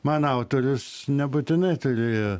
man autorius nebūtinai turi